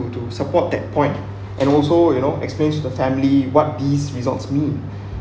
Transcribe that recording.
to support that point and also you know explains the family what these results mean